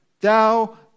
thou